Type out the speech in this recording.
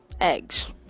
Eggs